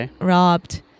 robbed